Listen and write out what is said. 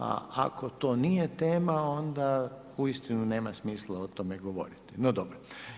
A ako to nije tema onda uistinu nema smisla o tome govoriti, no dobro.